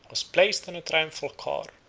was placed on a triumphal car,